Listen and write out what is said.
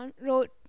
wrote